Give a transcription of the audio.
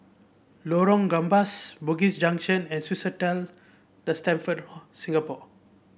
Lorong Gambas Bugis Junction and Swissotel The Stamford Singapore